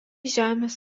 žemės